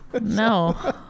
No